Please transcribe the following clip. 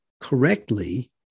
correctly